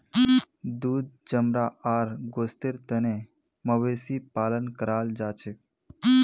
दूध चमड़ा आर गोस्तेर तने मवेशी पालन कराल जाछेक